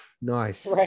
Nice